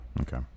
Okay